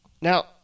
Now